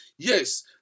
Yes